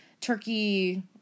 Turkey